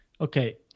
Okay